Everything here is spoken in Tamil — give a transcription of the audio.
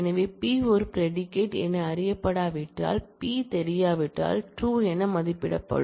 எனவே பி ஒரு ப்ரெடிகேட் என அறியப்படாவிட்டால் பி தெரியாவிட்டால் ட்ரூ என மதிப்பிடும்